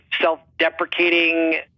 self-deprecating